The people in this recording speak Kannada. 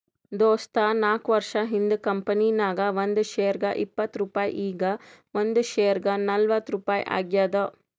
ದೋಸ್ತ ನಾಕ್ವರ್ಷ ಹಿಂದ್ ಕಂಪನಿ ನಾಗ್ ಒಂದ್ ಶೇರ್ಗ ಇಪ್ಪತ್ ರುಪಾಯಿ ಈಗ್ ಒಂದ್ ಶೇರ್ಗ ನಲ್ವತ್ ರುಪಾಯಿ ಆಗ್ಯಾದ್